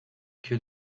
que